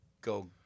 go